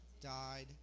died